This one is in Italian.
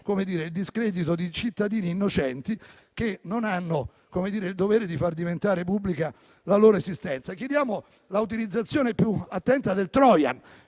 il discredito di cittadini innocenti che non hanno il dovere di far diventare pubblica la loro esistenza. Chiediamo l'utilizzazione più attenta del *trojan*,